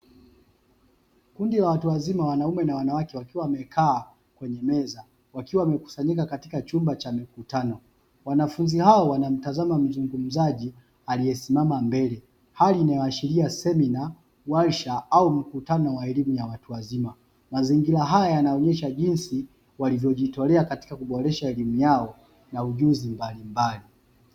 Kundi la watu wazima wanaume na wanawake, wakiwa wamekaa kwenye meza, wakiwa wamekusanyika katika chumba cha mikutano. Wanafunzi hao wanamtazama mzungumzaji aliyesimama mbele. Hali inayoashiria semina, warsha au mkutano wa elimu ya watu wazima. Mazingira haya yanaonyesha jinsi walivyojitolea katika kuboresha elimu yao na ujuzi mbalimbali.